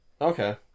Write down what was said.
Okay